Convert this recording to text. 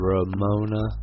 Ramona